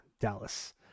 Dallas